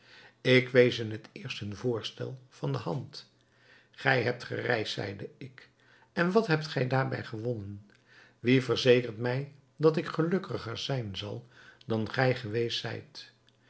ik wees in het eerst hun voorstel van de hand gij hebt gereisd zeide ik en wat hebt gij daarbij gewonnen wie verzekert mij dat ik gelukkiger zijn zal dan gij geweest zijt